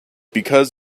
because